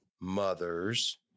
mother's